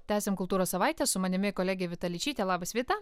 tęsiam kultūros savaitę su manimi kolegė vita ličytė labas vita